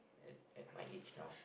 at at my age noe